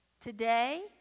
Today